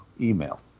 Email